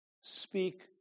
speak